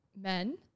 men